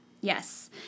Yes